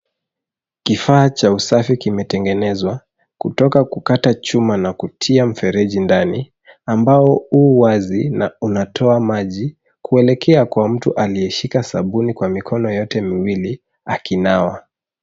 Kifaa cha usafi kimetengenezwa, kutoka kukata chuma na kutia mfereji ndani ambao u wazi na unatoa maji kuelekea kwa mtu aliyeshika sabuni kwa mikono yote miwili, akinawa.